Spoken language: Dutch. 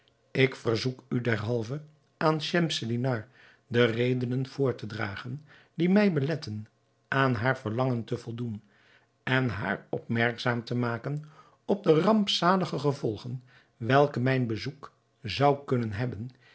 ik verzoek u derhalve aan schemselnihar de redenen voor te dragen die mij beletten aan haar verlangen te voldoen en haar opmerkzaam te maken op de rampzalige gevolgen welke mijn bezoek zou kunnen hebben